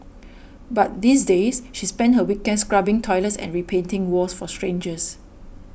but these days she spends her weekends scrubbing toilets and repainting walls for strangers